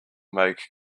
make